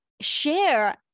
share